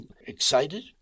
excited